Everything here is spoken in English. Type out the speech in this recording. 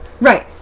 Right